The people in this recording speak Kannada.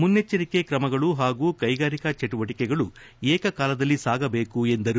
ಮುನ್ನೆಚ್ಚರಿಕೆ ಕ್ರಮಗಳು ಹಾಗೂ ಕೈಗಾರಿಕಾ ಚಟುವಟಿಕೆಗಳು ಏಕಕಾಲದಲ್ಲಿ ಸಾಗಬೇಕು ಎಂದರು